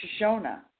Shoshona